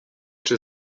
czy